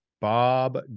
Bob